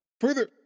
Further